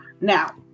Now